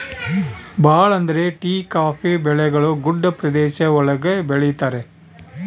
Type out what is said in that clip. ಭಾಳ ಅಂದ್ರೆ tea coffee ಬೆಳೆಗಳು ಗುಡ್ಡ ಪ್ರದೇಶ ಒಳಗ ಬೆಳಿತರೆ